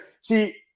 See